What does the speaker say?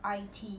I_T